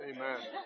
Amen